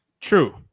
true